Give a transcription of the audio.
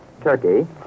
turkey